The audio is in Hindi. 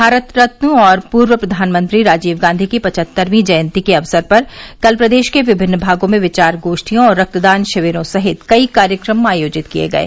भारत रत्न और पूर्व प्रधानमंत्री राजीव गांधी की पचहत्तरवीं जयंती के अवसर पर कल प्रदेश के विभिन्न भागों में विचार गोष्ठियों और रक्तदान शिविरों सहित कई कार्यक्रम आयोजित किये गये